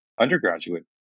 undergraduate